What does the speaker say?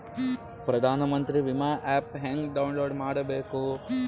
ಪ್ರಧಾನಮಂತ್ರಿ ವಿಮಾ ಆ್ಯಪ್ ಹೆಂಗ ಡೌನ್ಲೋಡ್ ಮಾಡಬೇಕು?